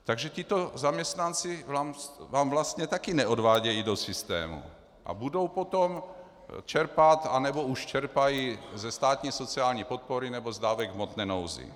Takže tito zaměstnanci vám vlastně také neodvádějí do systému a budou potom čerpat, nebo už čerpají ze státní sociální podpory nebo z dávek v hmotné nouzi.